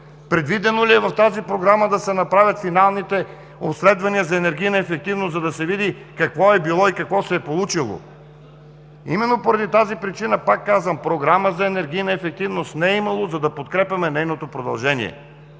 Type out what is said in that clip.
Предвидено ли е в тази Програма да се направят финалните обследвания за енергийна ефективност, за да се види какво е било и какво се е получило? Именно поради тази причина, пак казвам: Програма за енергийна ефективност не е имало, за да подкрепяме нейното продължение!